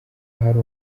hari